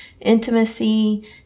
intimacy